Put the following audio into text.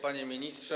Panie Ministrze!